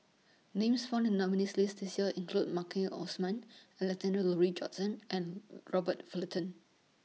Names found in The nominees' list This Year include Maliki Osman Alexander Laurie Johnston and Robert Fullerton